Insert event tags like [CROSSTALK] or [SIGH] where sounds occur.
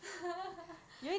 [LAUGHS] [BREATH]